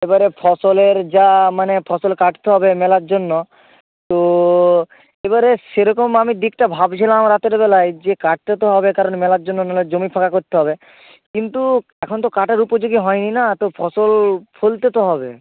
এবারে ফসলের যা মানে ফসল কাটতে হবে মেলার জন্য তো এবারে সেরকম আমি দিকটা ভাবছিলাম রাতের বেলায় যে কাটতে তো হবে কারণ মেলার জন্য মেলার জমি ফাঁকা করতে হবে কিন্তু এখন তো কাটার উপযোগী হয়নি না তো ফসল ফলতে তো হবে